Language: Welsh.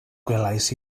gwelais